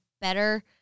better